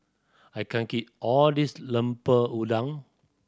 I can't all of this Lemper Udang